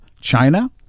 China